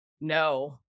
no